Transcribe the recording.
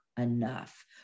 enough